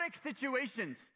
situations